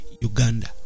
Uganda